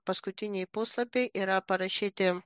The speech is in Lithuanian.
paskutiniai puslapiai yra parašyti